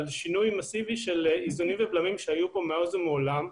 שינוי מסיבי של איזונים ובלמים שהיו פה מאז ומעולם.